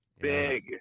Big